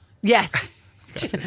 Yes